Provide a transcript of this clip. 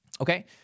Okay